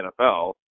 NFL